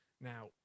Now